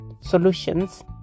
solutions